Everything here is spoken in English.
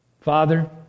Father